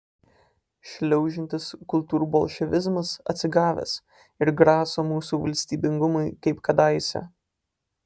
šliaužiantis kultūrbolševizmas atsigavęs ir graso mūsų valstybingumui kaip kadaise